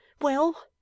Well